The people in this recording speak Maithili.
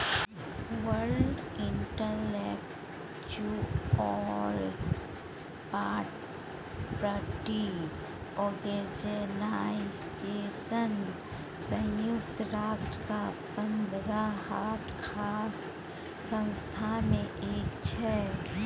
वर्ल्ड इंटलेक्चुअल प्रापर्टी आर्गेनाइजेशन संयुक्त राष्ट्रक पंद्रहटा खास संस्था मे एक छै